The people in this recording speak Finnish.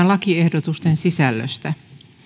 lakiehdotusten sisällöstä